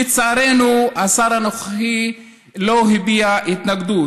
לצערנו, השר הנוכחי לא הביע התנגדות.